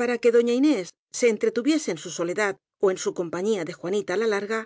para que doña inés se entretuviese en su soledad ó en compañía de juanita la larga